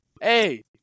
Hey